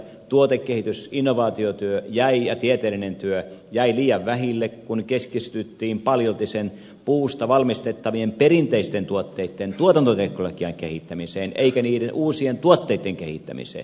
tuotekehitys innovaatiotyö ja tieteellinen työ jäivät liian vähille kun keskityttiin paljolti puusta valmistettavien perinteisten tuotteitten tuotantoteknologian kehittämiseen eikä uusien tuotteitten kehittämiseen